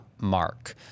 Mark